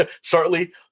shortly